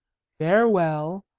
farewell,